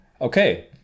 Okay